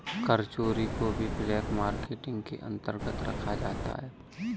कर चोरी को भी ब्लैक मार्केटिंग के अंतर्गत रखा जाता है